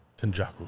Tenjaku